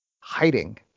hiding